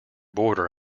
border